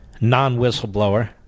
non-whistleblower